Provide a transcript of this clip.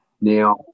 Now